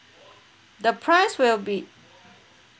the price will be